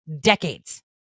decades